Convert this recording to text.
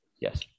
yes